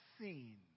seen